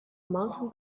mountain